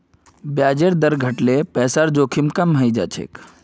ब्याजेर दर घट ल पैसार जोखिम कम हइ जा छेक